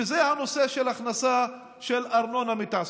שזה הנושא של הכנסה של ארנונה מתעסוקה.